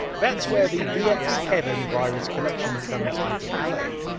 that's where the vx heaven virus collection comes into play.